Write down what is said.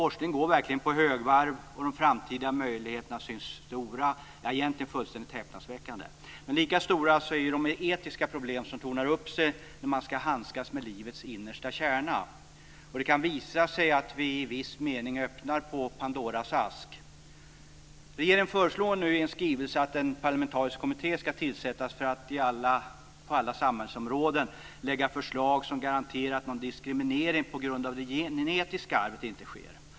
Forskningen går verkligen på högvarv, och de framtida möjligheterna synes stora - egentligen fullständigt häpnadsväckande. Men lika stora är de etiska problem som tornar upp sig när man ska handskas med livets innersta kärna. Det kan visa sig att vi i viss mening öppnar Regeringen föreslår nu i en skrivelse att en parlamentarisk kommitté ska tillsättas för att på alla samhällsområden lägga fram förslag som garanterar att någon diskriminering på grund av det genetiska arvet inte sker.